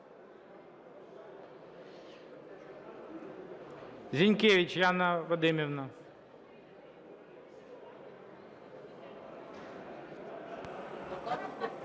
Зінкевич Яна Вадимівна.